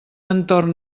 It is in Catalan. entorn